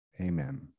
Amen